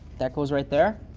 that goes right there